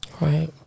Right